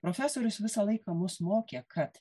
profesorius visą laiką mus mokė kad